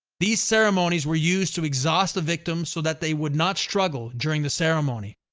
these ceremonies were used to exhaust the victims so that they would not struggle during the ceremony.